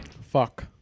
Fuck